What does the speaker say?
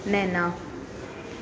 नैना